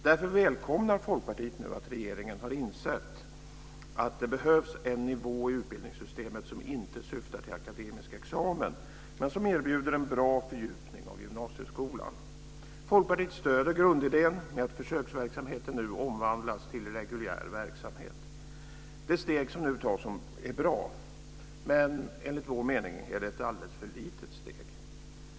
Därför välkomnar Folkpartiet att regeringen nu har insett att det behövs en nivå i utbildningssystemet som inte syftar till akademisk examen men som erbjuder en bra fördjupning av gymnasieskolan. Folkpartiet stöder grundidén med att försöksverksamheten nu omvandlas till reguljär verksamhet. Det steg som nu tas är bra, men enligt vår mening är det ett alldeles för litet steg.